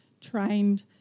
trained